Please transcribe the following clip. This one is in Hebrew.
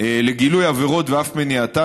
לגילוי עבירות ואף למניעתן,